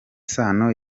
sano